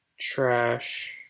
trash